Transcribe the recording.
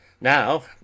Now